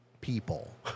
people